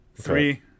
Three